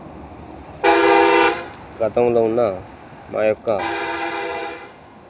గతంలో ఉన్న మాయొక్క